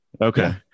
Okay